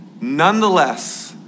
Nonetheless